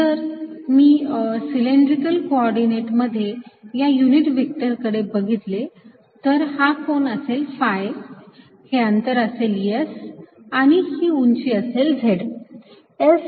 जर मी cylindrical coordinate मध्ये या युनिट व्हेक्टरकडे बघितले तर हा कोन असेल phi हे अंतर असेल S आणि ही उंची असेल Z